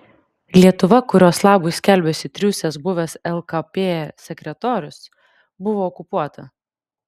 lietuva kurios labui skelbiasi triūsęs buvęs lkp sekretorius buvo okupuota